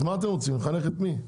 אז מה אתם רוצים, לחנך את מי?